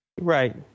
Right